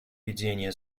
ведения